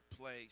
place